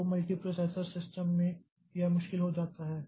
तो multiprocessor system में यह मुश्किल हो जाता है